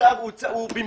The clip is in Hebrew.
הצו הוא במקום